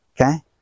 Okay